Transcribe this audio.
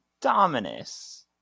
Dominus